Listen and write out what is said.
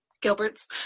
Gilbert's